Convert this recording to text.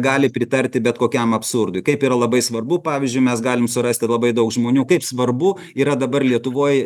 gali pritarti bet kokiam absurdui kaip yra labai svarbu pavyzdžiui mes galim surasti labai daug žmonių kaip svarbu yra dabar lietuvoj